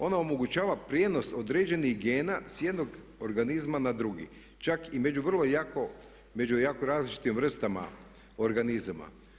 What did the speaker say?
Ona omogućava prijenos određenih gena s jednog organizma na drugi čak i među vrlo jako različitim vrstama organizama.